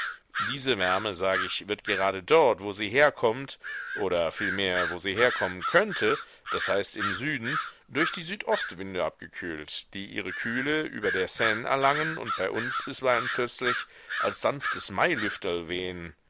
diese wärme sag ich wird gerade dort wo sie herkommt oder vielmehr wo sie herkommen könnte das heißt im süden durch die südostwinde abgekühlt die ihre kühle über der seine erlangen und bei uns bisweilen plötzlich als sanftes mailüfterl wehen